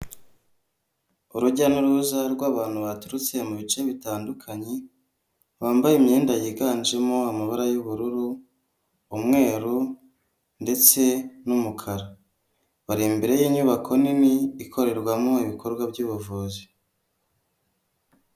Urujya n'uruza rw'abantu baturutse mu bice bitandukanye, bambaye imyenda yiganjemo amabara y'ubururu, umweru ndetse n'umukara, bar’imbere y'inyubako nini ikorerwamo ibikorwa by'ubuvuzi.